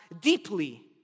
deeply